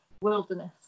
wilderness